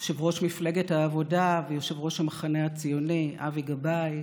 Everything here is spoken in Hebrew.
יושב-ראש מפלגת העבודה ויושב-ראש המחנה הציוני אבי גבאי,